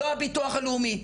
לא הביטוח הלאומי.